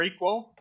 prequel